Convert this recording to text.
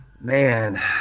man